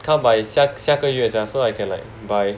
come by 下个月 sia so I can like buy